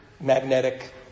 magnetic